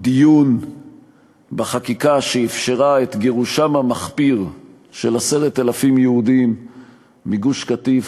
דיון בחקיקה שאפשרה את גירושם המחפיר של 10,000 יהודים מגוש-קטיף